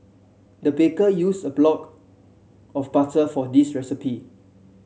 the baker used a block of butter for this recipe